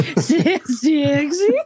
Sexy